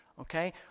okay